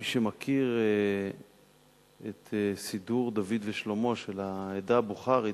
מי שמכיר את "סידור דוד ושלמה" של העדה הבוכרית,